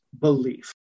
belief